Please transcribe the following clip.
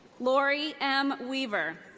lori m. weaver.